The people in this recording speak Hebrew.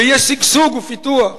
ויהיה שגשוג ופיתוח.